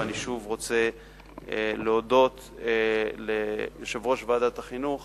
ואני שוב רוצה להודות ליושב-ראש ועדת החינוך